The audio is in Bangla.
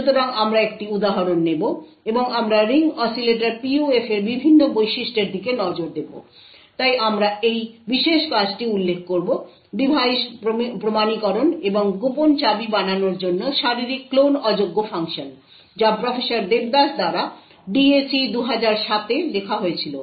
সুতরাং আমরা একটি উদাহরণ নেব এবং আমরা আসলে রিং অসিলেটর PUF এর বিভিন্ন বৈশিষ্ট্যের দিকে নজর দেব তাই আমরা এই বিশেষ কাজটি উল্লেখ করব ডিভাইস প্রমাণীকরণ এবং গোপন চাবি বানানোর জন্য শারীরিক ক্লোন অযোগ্য ফাংশন যা প্রফেসর দেবদাস দ্বারা DAC 2007 এ লেখা হয়েছিল